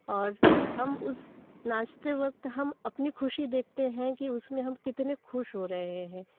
और हम उस नाचते वक़्त हम अपनी ख़ुशी देखते हैं कि उसमें हम कितने खुश हो रहे हैं